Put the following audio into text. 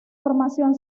formación